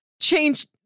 change